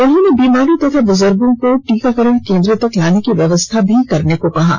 उन्होंने बीमारों तथा बुजुर्गों को टीकाकरण केंद्र तक लाने की व्यवस्था भी करने को कहा है